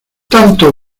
tanto